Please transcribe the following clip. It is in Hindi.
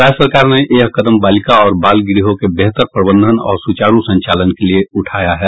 राज्य सरकार ने यह कदम बालिका और बाल गृहों के बेहतर प्रबंधन और सुचारू संचालन के लिये उठाया है